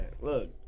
Look